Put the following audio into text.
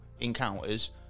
encounters